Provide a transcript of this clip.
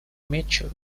mitchell